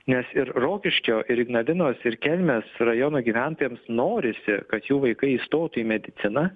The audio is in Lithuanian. nes ir rokiškio ir ignalinos ir kelmės rajono gyventojams norisi kad jų vaikai įstotų į mediciną